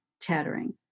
chattering